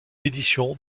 édition